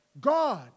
God